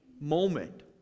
moment